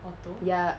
ya